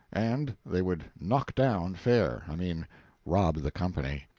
and they would knock down fare i mean rob the company.